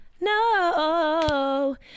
no